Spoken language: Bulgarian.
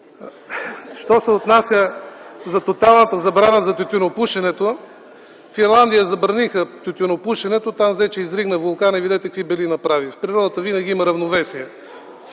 Що се отнася до тоталната забрана на тютюнопушенето. Във Финландия забраниха тютюнопушенето. Там взе, че изригна вулкана и видяхте какви бели направи. В природата винаги има равновесие.